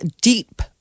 Deep